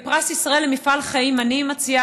בפרס ישראל למפעל חיים אני מציע